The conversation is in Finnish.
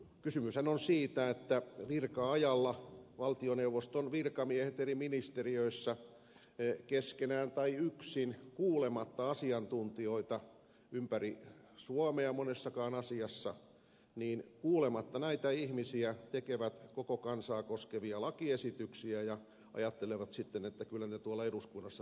kysymyshän on siitä että virka ajalla valtioneuvoston virkamiehet eri ministeriöissä keskenään tai yksin kuulematta asiantuntijoita ympäri suomea monessakaan asiassa tekevät koko kansaa koskevia lakiesityksiä ja ajattelevat sitten että kyllä ne tuolla eduskunnassa nämä korjaavat